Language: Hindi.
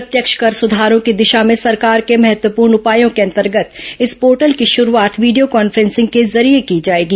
प्रत्यक्ष कर सुधारों की दिशा में सरकार के महत्वपूर्ण उपायों के अंतर्गत इस पोर्टल की शुरूआत वीडियो कांफ्रेंसिंग के जरिए की जाएगी